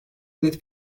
adet